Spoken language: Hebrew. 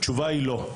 התשובה היא לא.